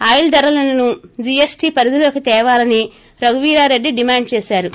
oil ధరలను GST పరిధిలోకి తేవాలని రఘువీరారెడ్డి డిమాండ్ చేశారు